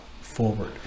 forward